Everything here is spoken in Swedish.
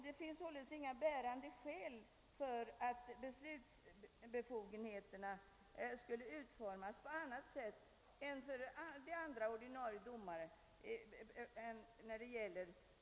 Det finns inga bärande skäl att beslutsbefogenheten när det gäller justitieråd och regeringsråd skulle utformas på annat sätt än för andra ordinarie domare.